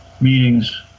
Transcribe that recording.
meetings